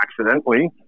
accidentally